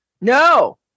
No